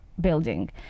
building